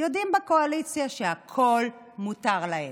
יודעים בקואליציה שהכול מותר להם.